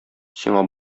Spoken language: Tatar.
сиңа